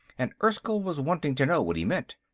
and erskyll was wanting to know what he meant.